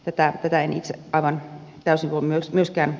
tätä en itse aivan täysin voi ymmärtää